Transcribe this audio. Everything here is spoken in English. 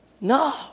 No